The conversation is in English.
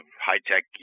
high-tech